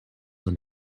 when